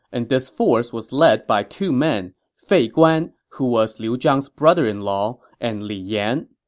and this force was led by two men, fei guan, who was liu zhang's brother-in-law, and li yan.